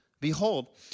behold